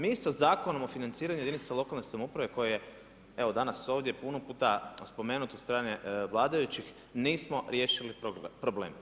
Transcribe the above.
Mi sa Zakonom o financiranju jedinica lokalne samouprave koje evo danas ovdje puno puta spomenuto od strane vladajućih, nismo riješili problem.